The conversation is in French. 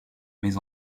mais